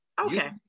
Okay